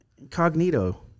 Incognito